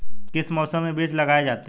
किस मौसम में बीज लगाए जाते हैं?